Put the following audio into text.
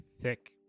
thick